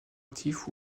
actifs